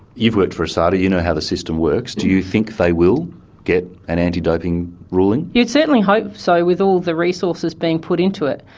you've worked for asada, you know how the system works, do you think they will get an anti-doping ruling? you'd certainly hope so with all the resources being put into it.